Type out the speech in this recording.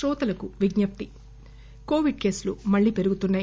శ్రోతలకు విజ్ఞప్తి కోవిడ్ కేసులు మళ్లీ పెరుగుతున్నాయి